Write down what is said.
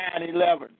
9-11